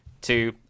two